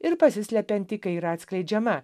ir pasislepianti kai yra atskleidžiama